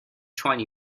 twenty